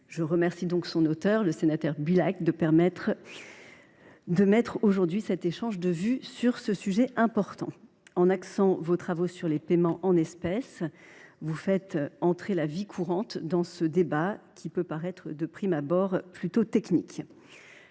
Je remercie donc son auteur, Christian Bilhac, de permettre aujourd’hui cet échange de vues sur ce sujet important. En axant vos travaux sur les paiements en espèces, monsieur le sénateur, vous faites entrer la vie courante dans ce débat qui peut paraître de prime abord plutôt technique.